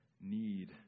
need